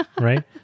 Right